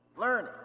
learning